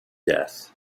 death